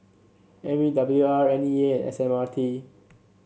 M E W R N E A S M R T